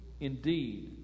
indeed